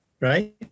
right